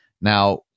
now